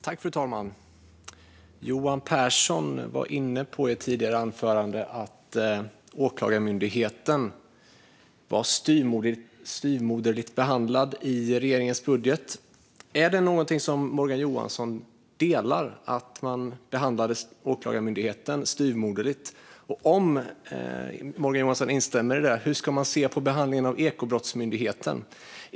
Fru talman! Johan Pehrson var i sitt anförande tidigare inne på att Åklagarmyndigheten är styvmoderligt behandlad i regeringens budget. Delar Morgan Johansson uppfattningen att Åklagarmyndigheten behandlats styvmoderligt? Och om Morgan Johansson instämmer i detta, hur ska man då se på behandlingen av Ekobrottsmyndigheten?